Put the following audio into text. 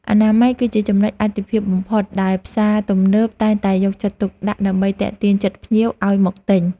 អនាម័យគឺជាចំណុចអាទិភាពបំផុតដែលផ្សារទំនើបតែងតែយកចិត្តទុកដាក់ដើម្បីទាក់ទាញចិត្តភ្ញៀវឱ្យមកទិញ។